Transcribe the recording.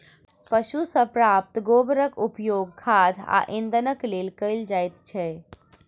पशु सॅ प्राप्त गोबरक उपयोग खाद आ इंधनक लेल कयल जाइत छै